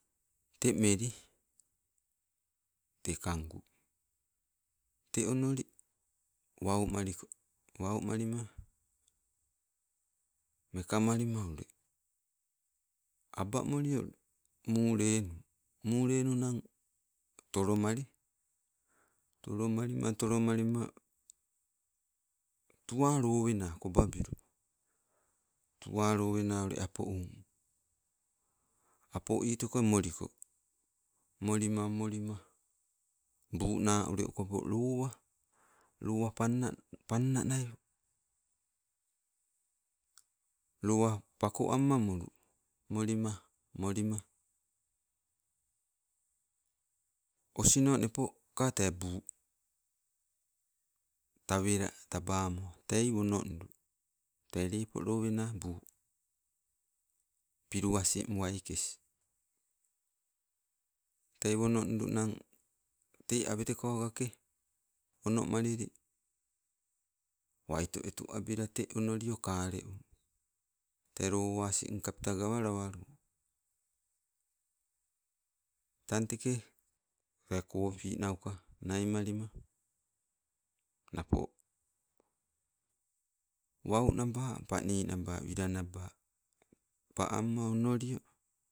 Te meli, te kangu te onoli wau maliko, wau malima meka malima ule, abamolio mulenu mule nunang tolomali, tolomalima, tolomalima tuwa lowena kobabilu. Tuwa lowena ule apou. Apo itoko moliko, molima, molima buu na ule okopo lowa. Lowa pana pan nanai, lowa pako amma molu. Molima, molima osno nepoka te buu, tauvela tabamo, tei wono ndu te lepo lowena buu. Pilu asin wakes, tei wono ndu nang, te awetekogake, onomalili, waito wetu abila te onolio kaleu, te lowa asin kapta gawala walu. Tang teke tee kopi nauka naimalima, napo wau naba pani naba, wila naba pa amma onolio.